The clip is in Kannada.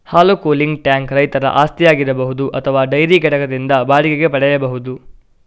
ಹಾಲು ಕೂಲಿಂಗ್ ಟ್ಯಾಂಕ್ ರೈತರ ಆಸ್ತಿಯಾಗಿರಬಹುದು ಅಥವಾ ಡೈರಿ ಘಟಕದಿಂದ ಬಾಡಿಗೆಗೆ ಪಡೆಯಬಹುದು